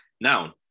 Now